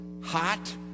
hot